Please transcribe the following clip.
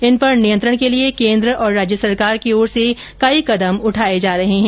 इन पर नियंत्रण के लिए केन्द्र और राज्य सरकार की ओर से कई कदम उठाये जा रहे है